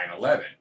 9-11